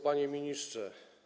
Panie Ministrze!